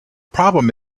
problem